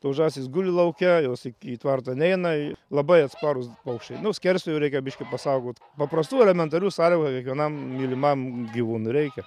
tos žąsys guli lauke jos į tvartą neina labai atsparūs paukščiai nuo skersvėjų reikia biškį pasaugot paprastų elementarių sąlygų kiekvienam mylimam gyvūnui reikia